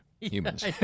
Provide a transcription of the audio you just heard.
Humans